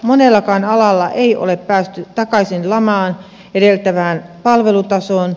monellakaan alalla ei ole päästy takaisin lamaa edeltävään palvelutasoon